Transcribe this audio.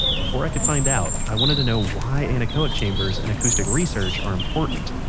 before i could find out, i wanted to know why anechoic chambers and acoustic research are important